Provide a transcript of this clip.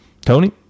Tony